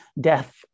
death